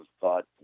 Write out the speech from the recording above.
thought